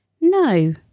No